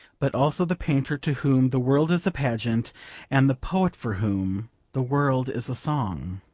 but also the painter to whom the world is a pageant and the poet for whom the world is a song.